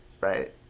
right